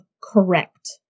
correct